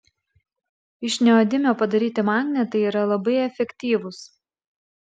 iš neodimio padaryti magnetai yra labai efektyvūs